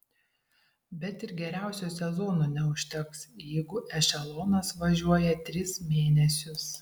bet ir geriausio sezono neužteks jeigu ešelonas važiuoja tris mėnesius